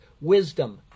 wisdom